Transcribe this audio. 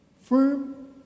Firm